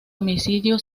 homicidio